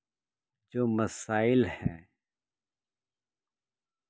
جو مسائل ہیں